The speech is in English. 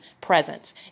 presence